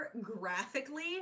graphically